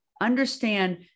understand